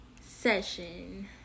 session